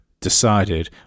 decided